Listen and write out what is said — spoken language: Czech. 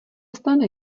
stane